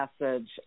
message